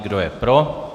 Kdo je pro?